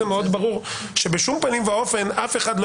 מאוד ברור שבשום פנים ואופן אף אחד לא